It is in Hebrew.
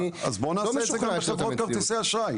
אז בואו נעשה את זה גם בחברות כרטיסי אשראי.